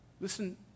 Listen